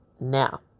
Now